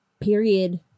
period